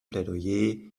plädoyer